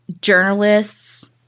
journalists